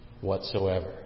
whatsoever